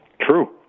True